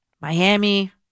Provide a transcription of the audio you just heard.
Miami